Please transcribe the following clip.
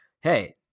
Hey